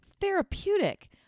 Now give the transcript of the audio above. therapeutic